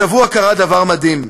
השבוע קרה דבר מדהים,